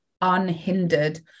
unhindered